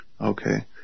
Okay